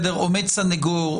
עומד סניגור,